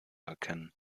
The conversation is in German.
erkennen